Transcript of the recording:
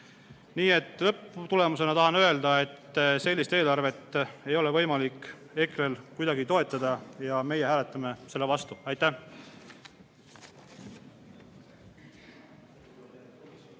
Nii et lõpptulemusena tahan öelda, et sellist eelarvet ei ole EKRE-l võimalik kuidagi toetada, meie hääletame selle vastu. Aitäh!